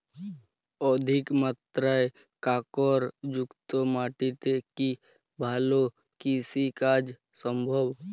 অধিকমাত্রায় কাঁকরযুক্ত মাটিতে কি ভালো কৃষিকাজ সম্ভব?